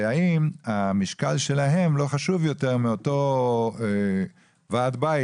והאם המשקל שלהם לא חשוב יותר מאותו ועד בית